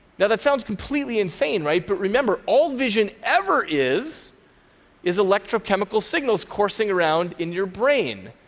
now, that sounds completely insane, right? but remember, all vision ever is is electrochemical signals coursing around in your brain.